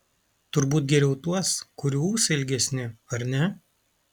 turbūt geriau tuos kurių ūsai ilgesni ar ne